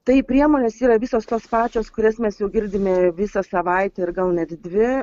tai priemonės yra visos tos pačios kurias mes jau girdime visą savaitę ir gal net dvi